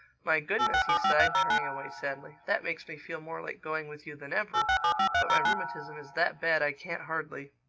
my goodness, he sighed, turning away sadly. that makes me feel more like going with you than ever but my rheumatism is that bad i can't hardly